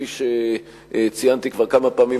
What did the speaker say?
כפי שציינתי כבר כמה פעמים,